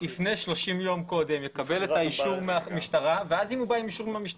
יפנה 30 ימים קודם ויקבל את האישור מהמשטרה ואז נגמר.